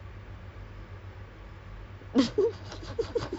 people are weird I understand I get that a lot